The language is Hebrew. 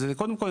קודם כל,